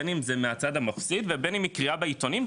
בין אם זה מהצד המפסיד ובין אם מקריאה בעיתונים,